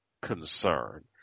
concern